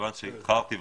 מכיוון שאיחרתי,